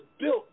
built